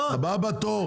הבא בתור.